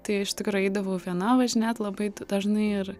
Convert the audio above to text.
tai iš tikro eidavau viena važinėti labai dažnai ir